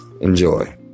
Enjoy